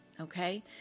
Okay